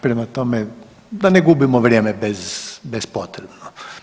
Prema tome, da ne gubimo vrijeme bespotrebno.